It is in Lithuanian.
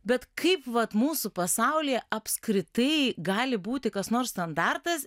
bet kaip vat mūsų pasaulyje apskritai gali būti kas nors standartas